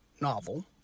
novel